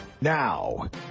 now